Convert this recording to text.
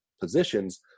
positions